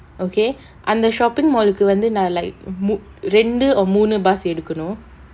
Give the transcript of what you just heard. okay அந்த:antha shopping mall லுக்கு வந்து நான்:lukku vanthu nan like மூ~ ரெண்டு:moo~ rendu or மூணு:moonu bus எடுக்கணும்:edukkanum